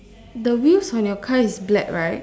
the wheels on your car is black right